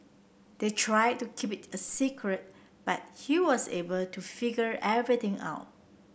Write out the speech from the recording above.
they tried to keep it a secret but he was able to figure everything out